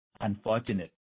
unfortunate